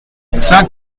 cinq